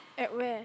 at where